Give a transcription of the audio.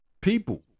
people